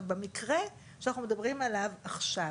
במקרה שאנחנו מדברים עליו עכשיו,